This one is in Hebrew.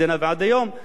לצערי הרב,